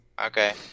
Okay